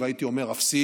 והייתי אומר אפסיים,